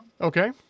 Okay